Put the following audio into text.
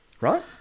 right